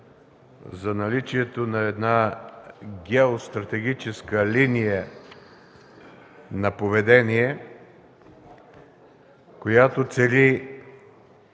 за наличието на една геостратегическа линия на поведение, която цели